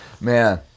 Man